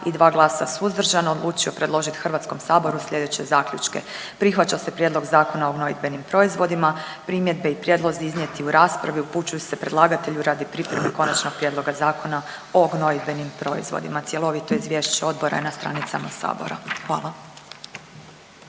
i dva glasa suzdržano odlučio predložiti HS-u sljedeće zaključke, prihvaća se Prijedlog zakona o gnojidbenim proizvodima, primjedbe i prijedlozi iznijeti u raspravi upućuju se predlagatelju radi pripreme Konačnog prijedloga Zakona o gnojidbenim proizvodima. Cjelovito izvješće odbora je na stranicama sabora. Hvala.